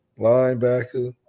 linebacker